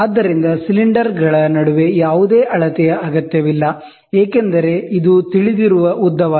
ಆದ್ದರಿಂದ ಸಿಲಿಂಡರ್ಗಳ ನಡುವೆ ಯಾವುದೇ ಅಳತೆಯ ಅಗತ್ಯವಿಲ್ಲ ಏಕೆಂದರೆ ಇದು ತಿಳಿದಿರುವ ಉದ್ದವಾಗಿದೆ